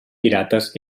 pirates